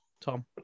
Tom